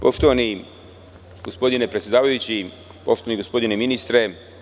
Poštovani gospodine predsedavajući, poštovani gospodine ministre.